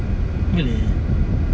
we'll see